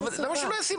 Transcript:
למה לא ישים?